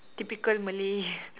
typical Malay